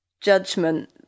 judgment